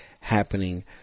happening